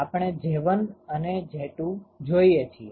આપણે J1 અને J2 જોઈએ છીએ